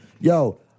Yo